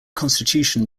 constitution